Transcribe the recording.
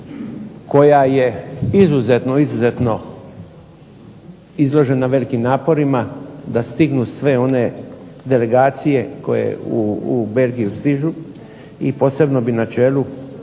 izuzetno izložena velikim naporima da stignu sve one delegacije koje u Belgiju stižu i posebno bih na čelu